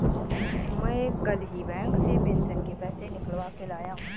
मैं कल ही बैंक से पेंशन के पैसे निकलवा के लाया हूँ